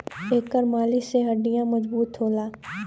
एकर मालिश से हड्डीयों मजबूत होला